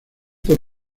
por